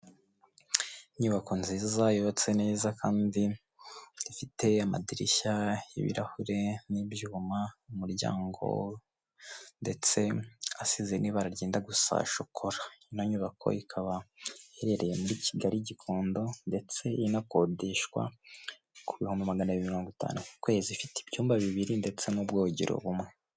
Inyubako nziza yubatse neza kandi ifite amadirishya y'ibirahure n'ibyuma, umuryango ndetse asize n'ibara ryenda gusa shokora. Iyi nyubako ikaba iherereye muri kigali i gikondo ndetse inakodeshwa ku bihumbi maganabiri na mirongo itanu ku kwezi ifite ibyumba bibiri ndetse n'ubwogero bumwe.